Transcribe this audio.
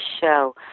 show